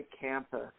campus